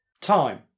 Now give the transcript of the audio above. time